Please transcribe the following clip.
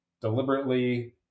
deliberately